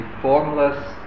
formless